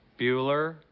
bueller